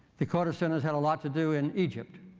the carter center has had a lot to do in egypt.